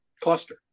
cluster